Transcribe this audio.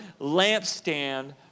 lampstand